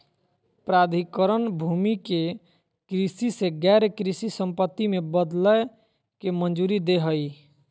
प्राधिकरण भूमि के कृषि से गैर कृषि संपत्ति में बदलय के मंजूरी दे हइ